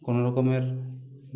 কোনওরকমের